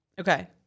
Okay